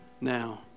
now